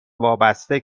وابسته